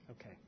Okay